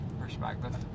Perspective